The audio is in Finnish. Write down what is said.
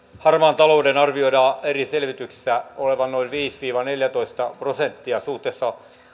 harmaan talouden arvioidaan eri selvityksissä olevan noin viisi viiva neljätoista prosenttia suhteessa